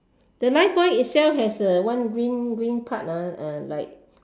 the life buoy itself has a one green green part ah uh and like